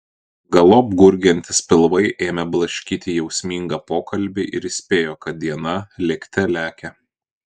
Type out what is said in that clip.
galop gurgiantys pilvai ėmė blaškyti jausmingą pokalbį ir įspėjo kad diena lėkte lekia